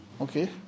okay